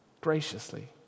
graciously